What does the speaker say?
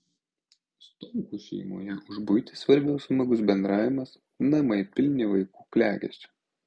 stonkų šeimoje už buitį svarbiau smagus bendravimas namai pilni vaikų klegesio